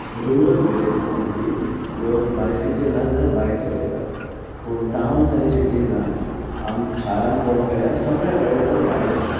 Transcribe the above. rural विलेजांत बी लोक बायसिकल नाजाल्यार बायक चलयतात पूण टावन्स आनी सिटीजांत शारांत पळोवंक गेल्यार सगळ्यां कडेन तर गाडी आसात